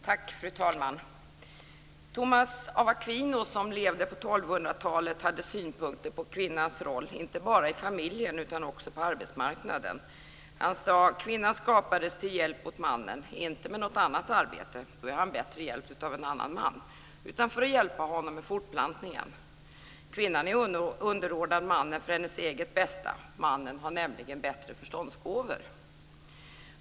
Fru talman! Thomas av Aquino, som levde på 1200-talet, hade synpunkter på kvinnans roll - inte bara i familjen, utan också på arbetsmarknaden. Han sade: Kvinnan skapades till hjälp åt mannen, inte med något annat arbete - då är han bättre hjälpt av en annan man - utan för att hjälpa honom med fortplantningen. Kvinnan är underordnad mannen för hennes eget bästa. Mannen har nämligen bättre förståndsgåvor.